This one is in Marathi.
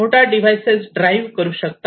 मोटर डिव्हाइसेस ड्राईव्ह करू शकता